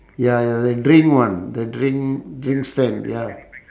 ya ya the drink one the drink drink stand ya